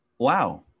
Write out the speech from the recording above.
wow